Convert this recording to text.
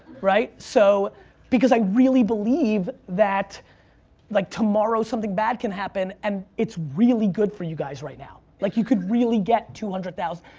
right? so because i really believe that like tomorrow something bad can happen and it's really good for you guys right now. like you could really get two hundred thousand,